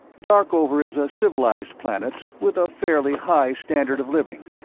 darkover is a civilized planet with a fairly high standard of living,